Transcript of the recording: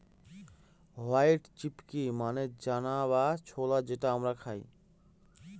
white chickpea মানে চানা বা ছোলা যেটা আমরা খায়